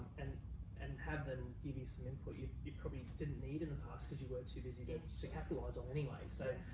and and have them give you some input you you probably didn't need in the past cause you were too busy to so capitalize on it anyway. so